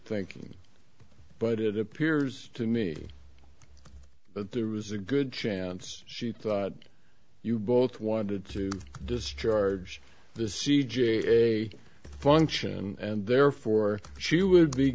thinking but it appears to me that there was a good chance she thought you both wanted to discharge the c g a function and therefore she would be